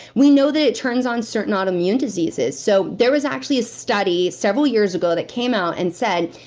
we know that it turns on certain auto immune diseases, so there was actually a study, several years ago that came out and said,